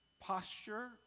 posture